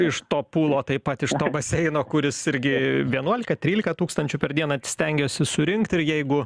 iš to pūlo taip pat iš to baseino kuris irgi vienuolika trylika tūkstančių per dieną stengiuosi surinkt ir jeigu